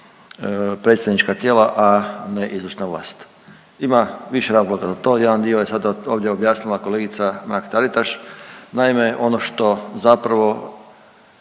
predstavnička tijela, a ne izvršna vlast. Ima više razloga za to, jedan dio je sada ovdje objasnila kolegica Mrak-Taritaš. Naime, ono što zapravo